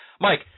Mike